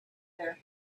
their